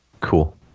Cool